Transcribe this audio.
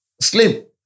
sleep